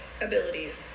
abilities